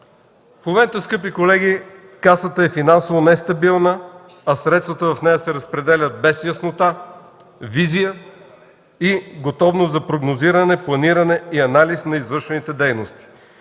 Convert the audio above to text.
В момента, скъпи колеги, Касата е финансово нестабилна, а средствата в нея се разпределят без яснота, визия и готовност за прогнозиране, планиране и анализ на извършваните дейности.